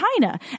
china